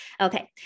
okay